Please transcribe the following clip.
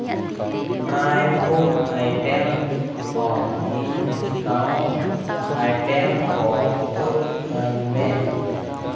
dry fruit item ᱠᱷᱚᱱ ᱤᱧ discount item ᱠᱚ ᱩᱫᱩᱜ ᱟᱹᱧ ᱢᱮ